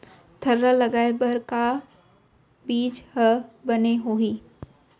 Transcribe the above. थरहा लगाए बर का बीज हा बने होही?